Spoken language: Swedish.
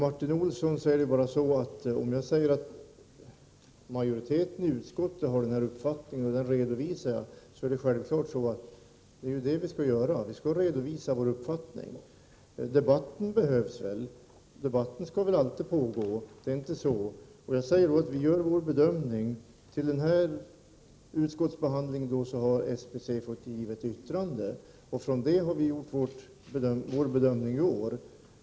Martin Olsson, majoriteten i utskottet har en uppfattning och den redovisar jag. Det är självklart att det är det vi skall göra, dvs. redovisa vår uppfattning. Debatten behövs, och debatten skall alltid pågå. Vi gör vår bedömning. Till den här utskottsbehandlingen har SBC avgivit ett yttrande, och med utgångspunkt i det har vi gjort vår bedömning i år.